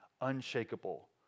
unshakable